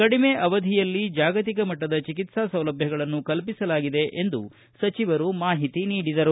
ಕಡಿಮೆ ಅವಧಿಯಲ್ಲಿ ಜಾಗತಿಕ ಮಟ್ಟದ ಚಿಕಿತ್ಸಾ ಸೌಲಭ್ವಗಳನ್ನು ಕಲ್ಪಿಸಲಾಗಿದೆ ಎಂದು ಮಾಹಿತಿ ನೀಡಿದರು